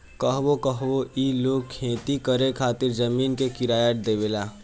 कहवो कहवो ई लोग खेती करे खातिर जमीन के किराया देवेला